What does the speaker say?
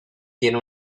tiene